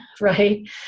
right